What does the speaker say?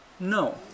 No